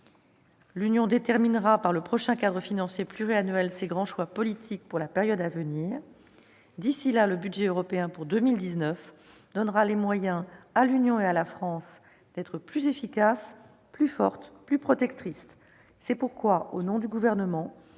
déterminera au travers du prochain cadre financier pluriannuel ses grands choix politiques pour la période à venir. D'ici là, le budget européen pour 2019 donnera à l'Union européenne et à la France les moyens d'être plus efficaces, plus fortes, plus protectrices. C'est pourquoi, au nom du Gouvernement,